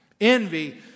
Envy